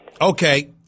okay